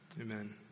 Amen